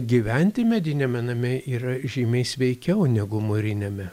gyventi mediniame name yra žymiai sveikiau negu mūriniame